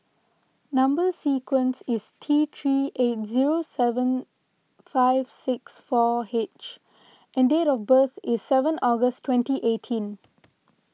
Number Sequence is T three eight zero seven five six four H and date of birth is seven August twentyeighteen